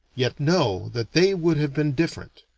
yet know that they would have been different,